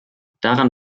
daran